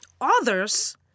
others